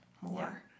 more